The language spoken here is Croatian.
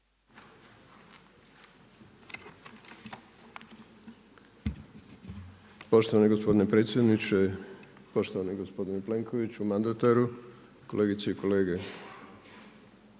poštovani gospodine potpredsjedniče, poštovani gospodine Plenkoviću, uvažene dame i kolegice,